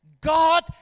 God